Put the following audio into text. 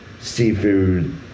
seafood